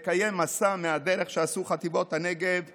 לקיים מסע מהדרך שעשו חטיבות הנגב וגולני,